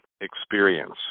experience